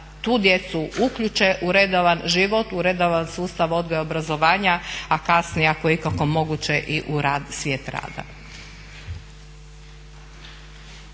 tu djecu uključe u redovan život u redovan sustav odgoja i obrazovanja, a kasnije ako je ikako moguće i u svijet rada.